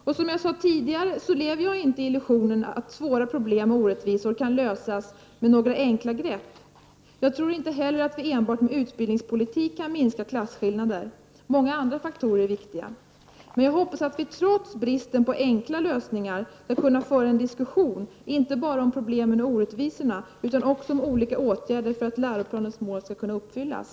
Som jag sade tidigare, lever jag inte i illusionen att svåra problem och orättvisor kan lösas med några enkla grepp. Jag tror inte heller att vi enbart med utbildningspolitik kan minska klasskillnader, utan många andra faktorer är viktiga. Jag hoppas att vi trots bristen på enkla lösningar skall kunna föra en diskussion, inte bara om problemen och orättvisorna utan också om olika åtgärder för att läroplanens mål skall kunna uppfyllas.